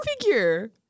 figure